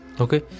okay